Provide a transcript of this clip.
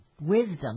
wisdom